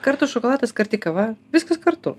kartus šokoladas karti kava viskas kartu